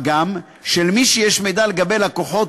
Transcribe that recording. מה גם שלמי שיש לו מידע לגבי לקוחות